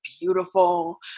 beautiful